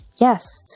Yes